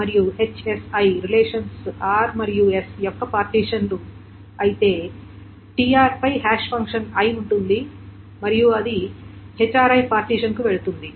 మరియు relations r మరియు s యొక్క పార్టీషన్లు అయినచో tr పై హాష్ ఫంక్షన్ i ఉంటుంది మరియు అది పార్టీషన్ కు వెళుతుంది